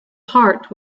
heart